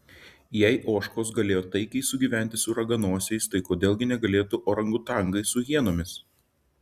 jei ožkos galėjo taikiai sugyventi su raganosiais tai kodėl gi negalėtų orangutangai su hienomis